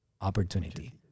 opportunity